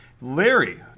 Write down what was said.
Larry